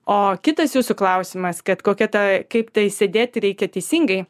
o kitas jūsų klausimas kad kokia ta kaip tai sėdėti reikia teisingai